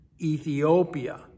Ethiopia